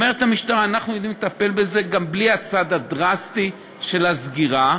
אומרת המשטרה: אנחנו יודעים לטפל בזה גם בלי הצעד הדרסטי של הסגירה.